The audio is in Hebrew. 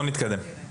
בואו נתקדם.